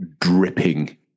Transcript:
dripping